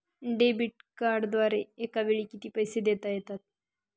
Debit कार्डद्वारे एकावेळी किती पैसे देता येतात?